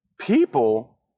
people